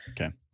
Okay